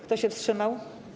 Kto się wstrzymał?